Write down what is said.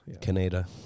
Canada